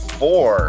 four